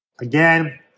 Again